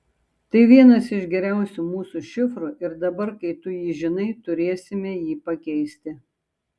tai vienas iš geriausių mūsų šifrų ir dabar kai tu jį žinai turėsime jį pakeisti